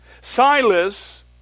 Silas